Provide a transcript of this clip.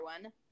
one